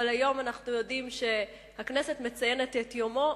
אבל אנחנו יודעים שהכנסת מציינת את יומו.